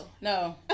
No